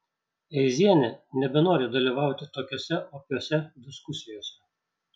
eizienė nebenori dalyvauti tokiose opiose diskusijose